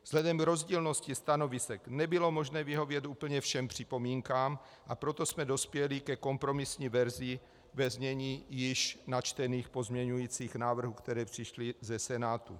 Vzhledem k rozdílnosti stanovisek nebylo možné vyhovět úplně všem připomínkám, a proto jsme dospěli ke kompromisní verzi ve znění již načtených pozměňovacích návrhů, které přišly ze Senátu.